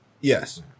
Yes